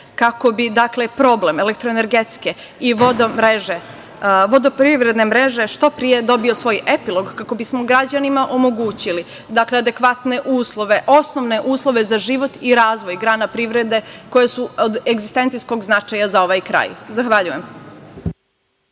kako bi problem elektroenergetske i vodoprivredne mreže što pre dobio svoj epilog kako bismo građanima omogućili adekvatne uslove, osnovne uslove za život i razvoj grana privrede koje su od egzistencijskog značaja za ovaj kraj. Zahvaljujem.